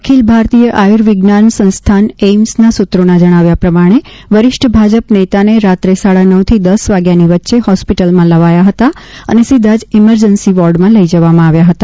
અખિલ ભારતીય આયુવિજ્ઞાન સંસ્થાન એઇમ્સના સૂત્રોના જણાવ્યા પ્રમાણે વરિષ્ઠ ભાજપ નેતાને રાત્રે સાડા નવથી દસ વાગ્યાની વચ્ચે હોસ્પિટલમાં લાવવામાં આવ્યા હતા અને સીધા જ ઇમરજન્સી વોર્ડમાં લઈ જવામાં આવ્યા હતા